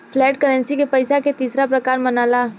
flat currency के पइसा के तीसरा प्रकार मनाला